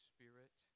Spirit